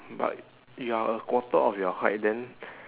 but you're a quarter of your height then